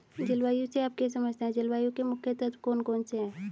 जलवायु से आप क्या समझते हैं जलवायु के मुख्य तत्व कौन कौन से हैं?